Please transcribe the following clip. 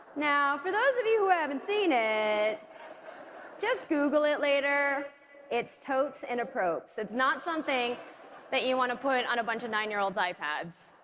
now for those of you who haven't seen it just google it later it's totes inappropes, it's not something that you want to put on a bunch of nine-year-olds ipads